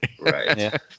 Right